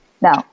Now